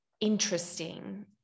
interesting